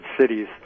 cities